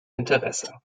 interesse